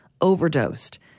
overdosed